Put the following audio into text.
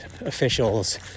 officials